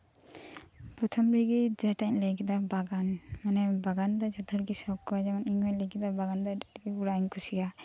ᱯᱨᱚᱛᱷᱚᱢ ᱨᱮᱜᱮ ᱡᱮᱴᱟᱧ ᱞᱟᱹᱭ ᱠᱮᱫᱟ ᱵᱟᱜᱟᱱ ᱢᱟᱱᱮ ᱵᱟᱜᱟᱱ ᱫᱚ ᱡᱷᱚᱛᱚ ᱦᱚᱲ ᱜᱮ ᱥᱚᱠ ᱟᱠᱚᱣᱟ ᱮᱢᱚᱱ ᱤᱧ ᱦᱚᱸ ᱵᱟᱜᱟᱱ ᱫᱚ ᱟᱹᱰᱤ ᱟᱸᱴᱤᱧ ᱠᱩᱥᱤᱭᱟᱜᱼᱟ